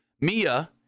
Mia